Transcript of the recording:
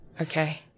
Okay